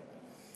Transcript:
כוח.